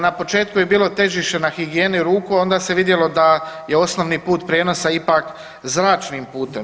Na početku je bilo težište na higijeni ruku, onda se vidjelo da je osnovni put prijenosa ipak zračnim putem.